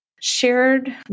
shared